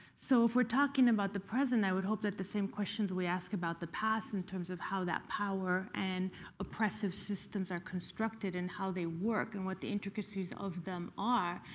so if we're talking about the present, i would hope that the same questions we ask about the past in terms of how that power and oppressive systems are constructed and how they work and what the intricacies of them are,